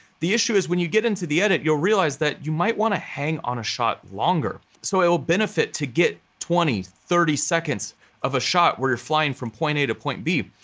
the issue is, when you get into the edit, you'll realize that you might wanna hang on a shot longer. so it will benefit to get twenty, thirty seconds of a shot where you're flying from point a to point b.